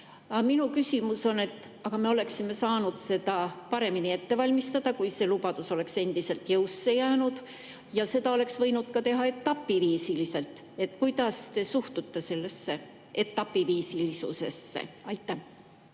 minu arvates me oleksime saanud seda paremini ette valmistada, kui see lubadus oleks endiselt jõusse jäänud, ja seda oleks võinud teha ka etapiviisiliselt. Kuidas te suhtute sellesse etapiviisilisusesse? Aitäh!